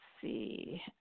see